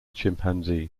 chimpanzee